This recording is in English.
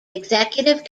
executive